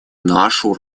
нашу